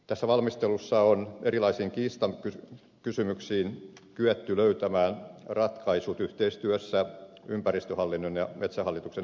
tässä valmistelussa on erilaisiin kiistakysymyksiin kyetty löytämään ratkaisut yhteistyössä ympäristöhallinnon ja metsähallituksen edustajien kesken